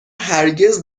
هرگز